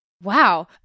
Wow